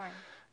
יומיים.